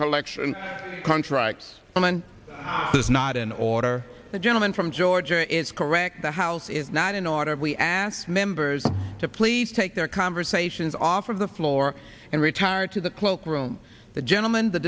collection contracts on an os is not in order the gentleman from georgia is correct the house is not in order we asked members to please take their conversations off of the floor and retire to the cloak room the gentleman th